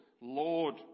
Lord